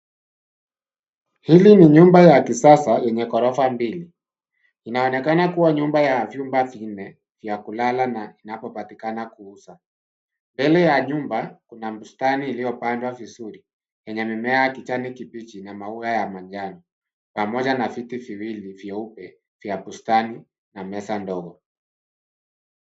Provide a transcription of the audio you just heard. Hili ni nyumba ya kisasa yenye gorofa mbili. Inaonekana kuwa nyumba ya vyumba vinne vya kulala na inapopatikana kuuza. Mbele ya nyumba kuna bustani iliyopandwa vizuri yenye mimea kichwani kibichi na maua ya manjano pamoja na sisi viwili vyeupe vya bustani na meza ndogo.